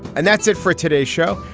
and that's it for today's show.